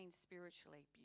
spiritually